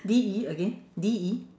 D E again D E